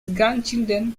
grandchildren